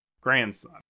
grandson